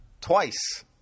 twice